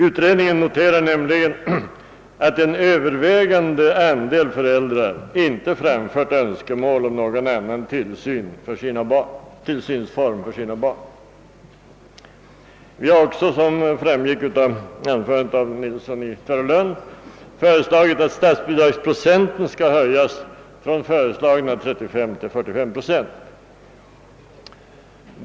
Utredningen noterar nämligen att en övervägande andel av föräldrarna inte framfört önskemål om någon annan tillsynsform för sina barn. Vi reservanter har också, såsom framgick av herr Nilssons i Tvärålund anförande, föreslagit, att statsbidragspro centen skall höjas från föreslagna 35 till 45.